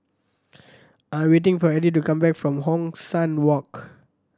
I am waiting for Edie to come back from Hong San Walk